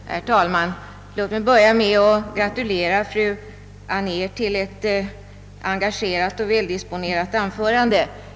Herr talman! Låt mig börja med att gratulera fru Anér till ett engagerat och väldisponerat anförande.